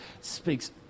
speaks